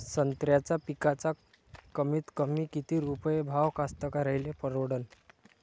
संत्र्याचा पिकाचा कमीतकमी किती रुपये भाव कास्तकाराइले परवडन?